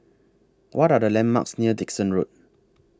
What Are The landmarks near Dickson Road